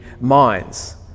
minds